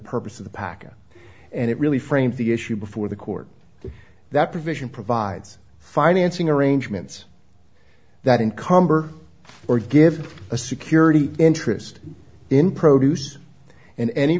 purpose of the package and it really framed the issue before the court that provision provides financing arrangements that incumbent or give a security interest in produce and any